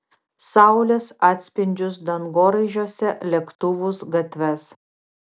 saulės atspindžius dangoraižiuose lėktuvus gatves